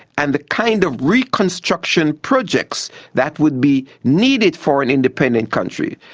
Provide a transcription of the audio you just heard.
and the kind of reconstruction projects that would be needed for an independent country.